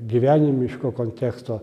gyvenimiško konteksto